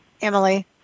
Emily